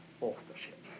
authorship